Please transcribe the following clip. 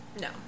No